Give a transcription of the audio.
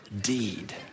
deed